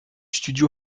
studio